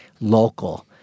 local